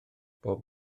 bob